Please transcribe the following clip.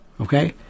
okay